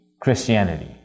Christianity